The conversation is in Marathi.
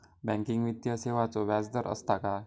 बँकिंग वित्तीय सेवाचो व्याजदर असता काय?